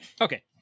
Okay